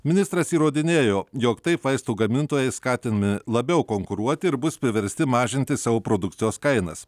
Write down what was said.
ministras įrodinėjo jog taip vaistų gamintojai skatinami labiau konkuruoti ir bus priversti mažinti savo produkcijos kainas